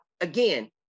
again